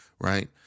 right